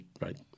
right